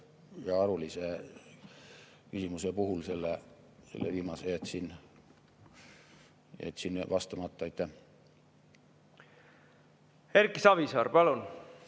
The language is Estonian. ja harulise küsimuse puhul sellele viimasele jätsin vastamata. Erki Savisaar, palun!